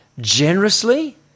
generously